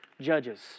judges